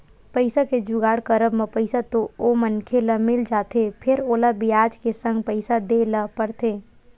पइसा के जुगाड़ करब म पइसा तो ओ मनखे ल मिल जाथे फेर ओला बियाज के संग पइसा देय ल परथे